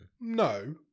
No